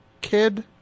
kid